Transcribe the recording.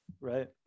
Right